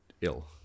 ill